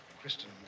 Kristen